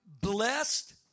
Blessed